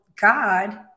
God